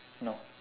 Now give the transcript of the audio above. no